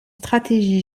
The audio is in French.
stratégie